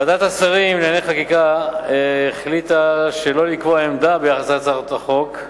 ועדת השרים לענייני חקיקה החליטה שלא לקבוע עמדה ביחס להצעת החוק,